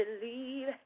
believe